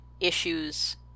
issues